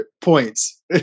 points